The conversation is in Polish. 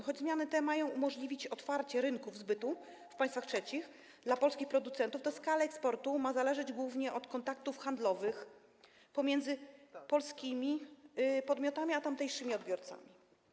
Choć zmiany te mają umożliwić otwarcie rynków zbytu w państwach trzecich dla polskich producentów, to skala eksportu ma zależeć głównie od kontaktów handlowych pomiędzy polskimi podmiotami a tamtejszymi odbiorcami.